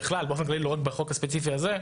בכלל באופן כללי ולא רק בחוק הספציפי הזה,